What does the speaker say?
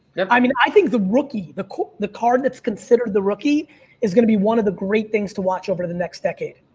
i mean, i think the rookie, the the card that's considered the rookie is going to be one of the great things to watch over the next decade.